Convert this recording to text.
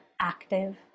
active